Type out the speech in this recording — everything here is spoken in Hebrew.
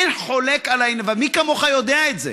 אין חולק, ומי כמוך יודע את זה.